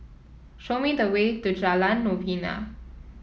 show me the way to Jalan Novena